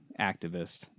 activist